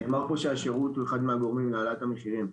נאמר פה שהשרות הוא אחד מהגורמים להעלאת המחירים.